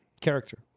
Character